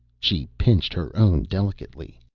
she pinched her own delicately.